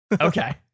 Okay